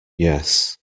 yes